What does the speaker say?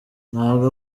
ntabwo